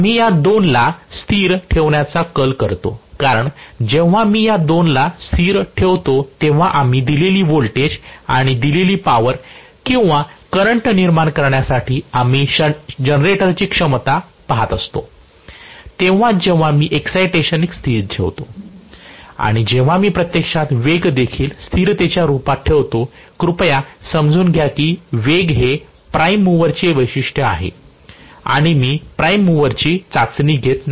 आम्ही या 2 ला स्थिर ठेवण्याचा कल करतो कारण जेव्हा मी या 2 ला स्थिर ठेवतो तेव्हा आम्ही दिलेली व्होल्टेज आणि दिलेली पावर किंवा करंट निर्माण करण्यासाठी आम्ही जनरेटरची क्षमता पहात असतो तेव्हाच जेव्हा मी एक्साईटेशन एक स्थिर ठेवतो आणि जेव्हा मी प्रत्यक्षात वेग देखील स्थिरतेच्या रूपात ठेवतो कृपया समजून घ्या की वेग हे प्राइम मूवरचे वैशिष्ट्य आहे आणि मी प्राइम मूवरची चाचणी घेत नाही